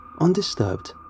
undisturbed